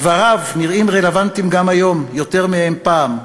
דבריו נראים רלוונטיים גם היום, יותר מאי-פעם,